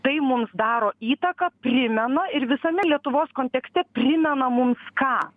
tai mums daro įtaką primena ir visame lietuvos kontekste primena mums ką